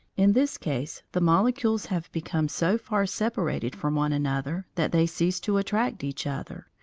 in this case the molecules have become so far separated from one another that they cease to attract each other,